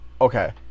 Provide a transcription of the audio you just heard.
Okay